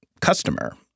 customer